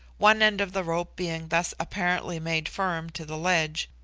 one end of the rope being thus apparently made firm to the ledge,